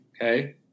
Okay